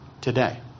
today